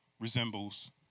resembles